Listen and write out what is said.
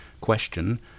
question